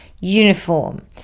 uniform